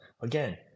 Again